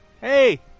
Hey